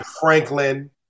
Franklin